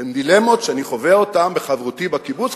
הן דילמות שאני חווה בחברותי בקיבוץ,